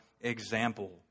example